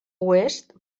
oest